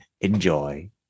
enjoy